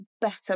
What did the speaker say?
better